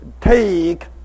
take